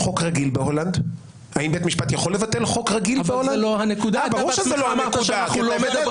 חוץ מזה שאני חושב שהמצב שלנו הוא קרוב